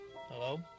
Hello